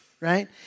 right